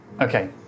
Okay